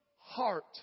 heart